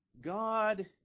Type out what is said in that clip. God